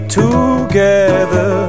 together